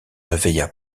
réveilla